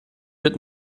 wird